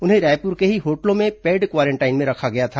उन्हें रायपुर के ही होटलों में पेड क्वारेंटाइन में रखा गया था